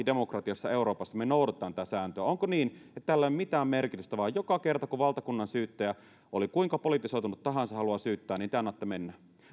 demokratioissa euroopassa me noudatamme tätä sääntöä onko niin että tällä ei ole mitään merkitystä vaan joka kerta kun valtakunnansyyttäjä oli kuinka politisoitunut tahansa haluaa syyttää te annatte mennä